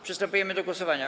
Przystępujemy do głosowania.